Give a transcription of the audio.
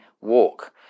walk